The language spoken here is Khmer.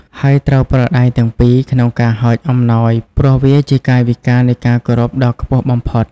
ហើយត្រូវប្រើដៃទាំងពីរ ក្នុងការហុចអំណោយ ព្រោះវាជាកាយវិការនៃការគោរពដ៏ខ្ពស់បំផុត។